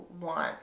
want